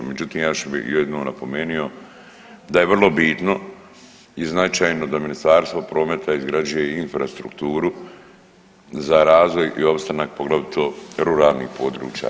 Međutim, ja bih još jednom napomenuo da je vrlo bitno i značajno da Ministarstvo prometa izgrađuje infrastrukturu za razvoj i opstanak poglavito ruralnih područja.